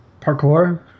Parkour